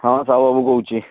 ହଁ ସାହୁ ବାବୁ କହୁଛି